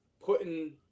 putting